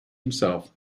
himself